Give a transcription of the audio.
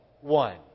one